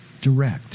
direct